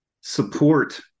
support